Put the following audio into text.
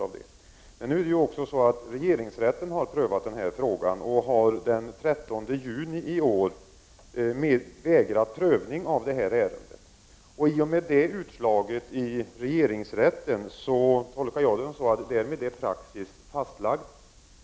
Den 13 juni i år vägrade regeringsrätten att göra en prövning av detta ärende. I och med det utslaget i regeringsrätten tolkar jag att praxis är fastlagt.